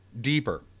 deeper